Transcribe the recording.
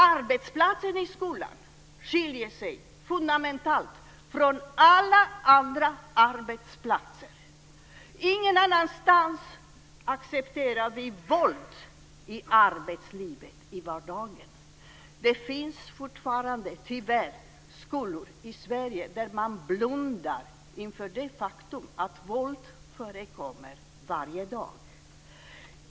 Arbetsplatserna i skolan skiljer sig fundamentalt från alla andra arbetsplatser. Ingen annanstans accepterar vi våld i arbetslivet i vardagen. Det finns fortfarande, tyvärr, skolor i Sverige där man blundar inför det faktum att våld förekommer varje dag.